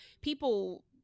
people